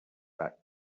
back